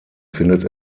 findet